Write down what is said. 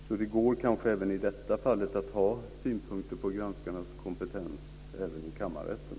Så det går kanske att även i detta fall ha synpunkter på granskarnas kompetens i kammarrätten.